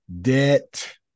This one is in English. debt